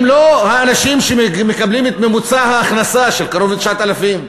הם לא האנשים שמקבלים את ממוצע ההכנסה של קרוב ל-9,000.